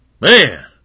Man